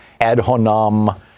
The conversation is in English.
Adhonam